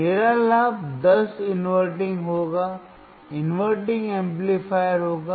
मेरा लाभ 10 इन्वर्टिंग होगा इन्वर्टिंग एम्पलीफायर होगा